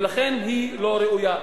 ולכן היא לא ראויה.